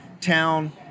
town